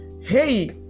Hey